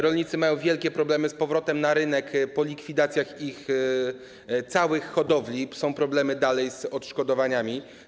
Rolnicy mają wielkie problemy z powrotem na rynek po likwidacjach ich całych hodowli, dalej są problemy z odszkodowaniami.